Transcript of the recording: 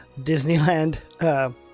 Disneyland